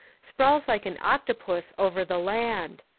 sprawls like an octopus over the land.